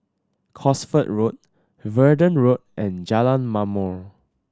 Cosford Road Verdun Road and Jalan Ma'mor